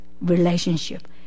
relationship